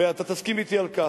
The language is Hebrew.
ואתה תסכים אתי על כך.